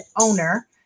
owner